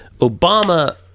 Obama